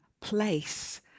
place